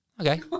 Okay